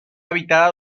habitada